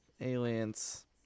aliens